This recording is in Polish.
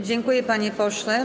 Dziękuję, panie pośle.